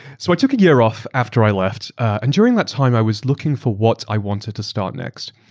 so, i took a year off after i left. and during that time i was looking for what i wanted to start next.